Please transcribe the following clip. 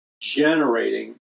generating